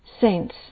saints